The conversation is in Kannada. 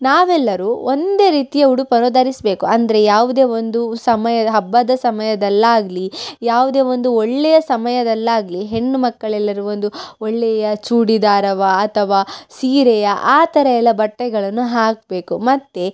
ನಾವೆಲ್ಲರೂ ಒಂದೇ ರೀತಿಯ ಉಡುಪನ್ನು ಧರಿಸಬೇಕು ಅಂದರೆ ಯಾವುದೇ ಒಂದು ಸಮಯ ಹಬ್ಬದ ಸಮಯದಲ್ಲಾಗಲಿ ಯಾವುದೇ ಒಂದು ಒಳ್ಳೆಯ ಸಮಯದಳ್ಳಿ ಆಗಲಿ ಹೆಣ್ಣುಮಕ್ಕಳೆಲ್ಲರು ಒಂದು ಒಳ್ಳೆಯ ಚೂಡಿದಾರವೊ ಅಥವಾ ಸೀರೆಯೋ ಆ ಥರ ಎಲ್ಲ ಬಟ್ಟೆಗಳನ್ನು ಹಾಕಬೇಕು ಮತ್ತು